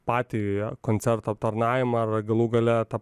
patį koncertų aptarnavimą ar galų gale tą